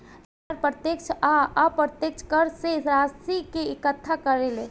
सरकार प्रत्यक्ष आ अप्रत्यक्ष कर से राशि के इकट्ठा करेले